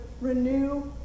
renew